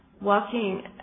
walking